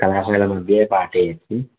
कलाशालामध्ये पाठयति